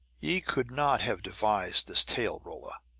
ye could not have devised this tale, rolla.